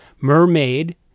mermaid